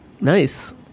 Nice